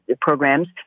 programs